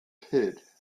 pit